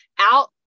out